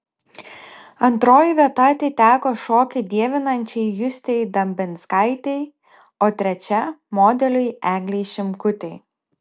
antroji vieta atiteko šokį dievinančiai justei dambinskaitei o trečia modeliui eglei šimkutei